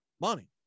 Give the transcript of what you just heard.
money